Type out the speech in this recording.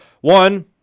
one